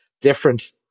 Different